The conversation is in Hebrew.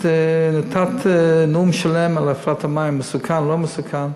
את נתת נאום שלם על הפלרת המים, מסוכן, לא מסוכן.